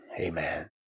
amen